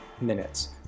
minutes